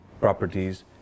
properties